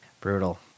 brutal